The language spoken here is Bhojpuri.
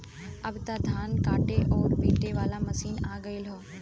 अब त धान काटे आउर पिटे वाला मशीन आ गयल हौ